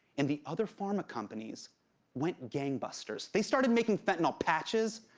and the other pharma companies went gangbusters. they started making fentanyl patches,